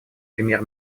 премьер